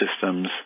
systems